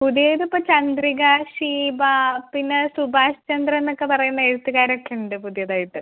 പുതിയത് ഇപ്പോൾ ചന്ദ്രിക ഷീബ പിന്നെ സുഭാഷ് ചന്ദ്രൻന്നൊക്കെ പറയുന്ന എഴുത്തുകാരൊക്കെയുണ്ട് പുതിയതായിട്ട്